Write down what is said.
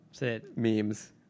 memes